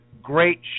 Great